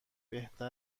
بهتر